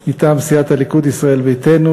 כן.